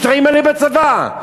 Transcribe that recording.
מה, אתם רוצים שטריימל בצבא?